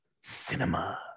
Cinema